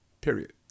period